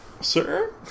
Sir